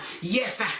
Yes